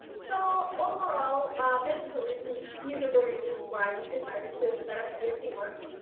so overall this is a reason these are the reasons why we decided to set up csd works.